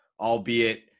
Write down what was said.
albeit